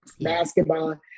basketball